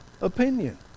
opinion